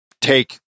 take